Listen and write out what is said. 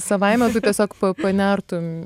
savaime tu tiesiog panertum